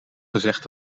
gezegd